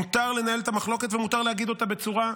מותר לנהל את המחלוקת ומותר להגיד אותה בצורה,